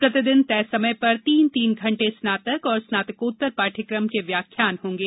प्रतिदिन तय समय पर तीन तीन घंटे स्नातक और स्नातकोत्तर पाढ़यक़म के व्याख्यान होंगे